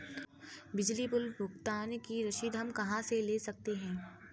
बिजली बिल भुगतान की रसीद हम कहां से ले सकते हैं?